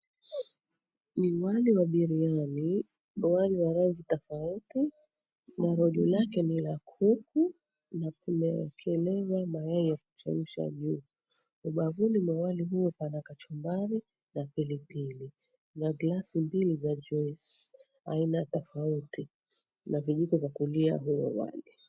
Ni wali wa biriani, wali wa rangi tofauti na rojo lake ni la kuku na kumewekelewa mayai ya kuchemsha juu. Ubavuni mwa wali huo pana kachumbari na pilipili na glasi mbili za juice aina tofauti na vijiko vya kulia huo wali.